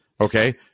okay